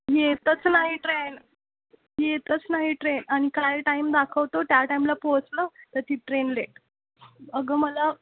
येतच नाही ट्रेन येतच नाही ट्रेन आणि काय टाईम दाखवतो त्या टायमला पोचलं तर ती ट्रेन लेट अगं मला